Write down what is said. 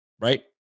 Right